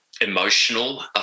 emotional